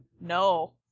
No